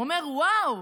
הוא אומר: וואו,